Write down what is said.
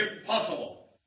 Impossible